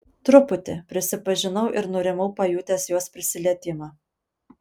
truputį prisipažinau ir nurimau pajutęs jos prisilietimą